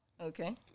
Okay